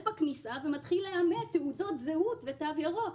בכניסה ומתחיל לאמת תעודות זהות ותו ירוק.